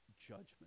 judgment